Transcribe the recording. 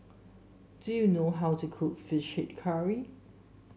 do you know how to cook fished curry